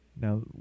Now